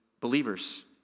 believers